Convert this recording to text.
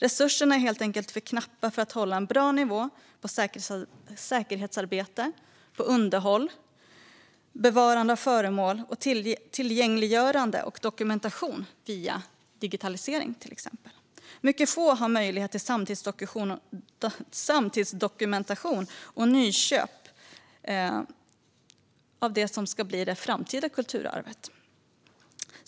Resurserna är helt enkelt för knappa för att hålla en bra nivå på säkerhetsarbete, underhåll och bevarande av föremål samt tillgängliggörande och dokumentation via till exempel digitalisering. Mycket få har möjlighet till samtidsdokumentation och nyinköp av det som ska bli det framtida kulturarvet.